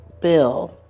bill